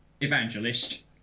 Evangelist